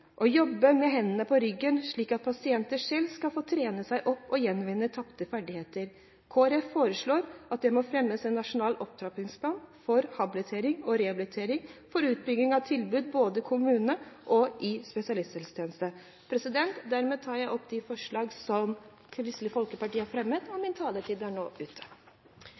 å jobbe med hendene på ryggen, slik at pasienter selv får trene seg opp og gjenvinne tapte ferdigheter. Kristelig Folkeparti foreslår at det fremmes en nasjonal opptrappingsplan for habilitering og rehabilitering – for utbygging av tilbud, både i kommunene og i spesialisthelsetjenesten. Dermed vil jeg ta opp de forslagene som Kristelig Folkeparti har fremmet i saken. Min taletid er nå ute.